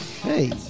Hey